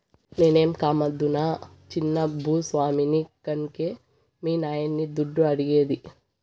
నేనేమీ కామందునా చిన్న భూ స్వామిని కన్కే మీ నాయన్ని దుడ్డు అడిగేది